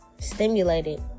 stimulated